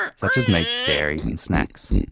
such as meat, dairy and snacks.